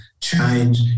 change